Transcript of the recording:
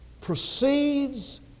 proceeds